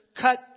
cut